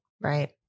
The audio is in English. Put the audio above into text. Right